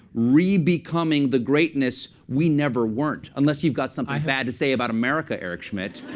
re-becoming the greatness we never weren't. unless you've got something bad to say about america, eric schmidt.